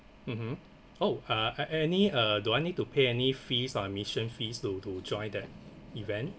mmhmm oh uh uh any uh do I need to pay any fees or admission fees to to join the event